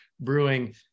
Brewing